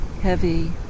heavy